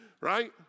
right